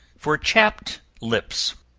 for chapped lips.